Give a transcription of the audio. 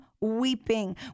weeping